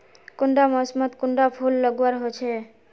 कुंडा मोसमोत कुंडा फुल लगवार होछै?